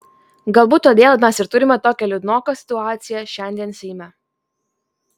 galbūt todėl mes ir turime tokią liūdnoką situaciją šiandien seime